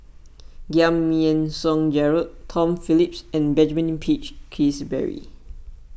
Giam Yean Song Gerald Tom Phillips and Benjamin Peach Keasberry